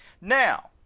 Now